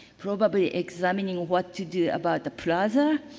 probably examining what to do about the plaza,